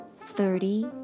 Thirty